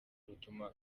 butuma